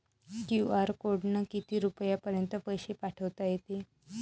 QR कोडनं किती रुपयापर्यंत पैसे पाठोता येते?